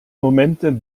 momenten